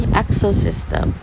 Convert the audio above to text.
exosystem